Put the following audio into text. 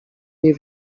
nie